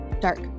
dark